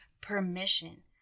permission